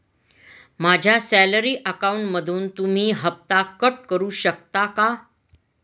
माझ्या सॅलरी अकाउंटमधून तुम्ही हफ्ता कट करू शकता का?